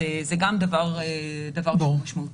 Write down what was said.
זה גם דבר משמעותי.